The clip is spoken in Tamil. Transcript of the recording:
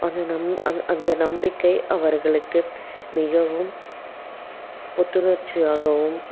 அந்த நம் அந்த அந்த நம்பிக்கை அவர்களுக்கு மிகவும் புத்துணர்ச்சியாகவும்